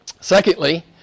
Secondly